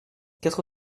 quatre